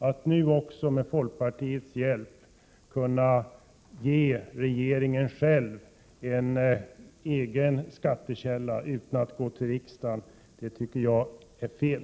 Att man nu, med folkpartiets hjälp, ger regeringen en egen skattekälla, som regeringen kan kontrollera utan att behöva gå till riksdagen, tycker jag är fel.